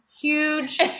huge